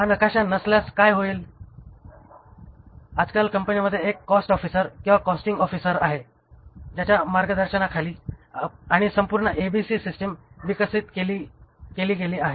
हा नकाशा नसल्यास काय होईल आजकाल कंपनीत एक कॉस्ट ऑफिसर किंवा कॉस्टिंग ऑफिसर आहे ज्याच्या मार्गदर्शनाखाली आणि संपूर्ण ABC सिस्टिम विकसित केली गेली आहे